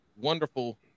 wonderful